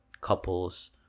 couples